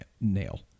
nail